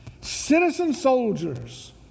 Citizen-soldiers